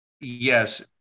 Yes